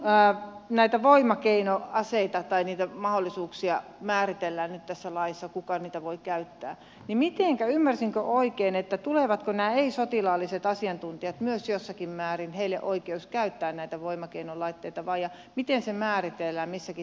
kun näitä voimakeinoaseita tai niitä mahdollisuuksia määritellään nyt tässä laissa kuka niitä voi käyttää niin ymmärsinkö oikein tuleeko näille ei sotilaallisille asiantuntijoille myös jossakin määrin oikeus käyttää näitä voimakeinolaitteita ja miten se määritellään missäkin tilanteessa